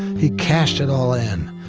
he cashed it all in,